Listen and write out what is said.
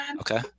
okay